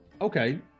okay